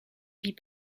vie